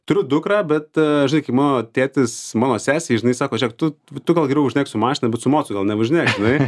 turiu dukrą bet žinai kai mano tėtis mano sesė žinai sako žėk tu tu gal geriau važinėk su mašina bet su mocu gal nevažinėk žinai